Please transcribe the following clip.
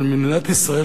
אבל מדינת ישראל,